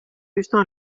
üsna